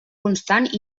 constant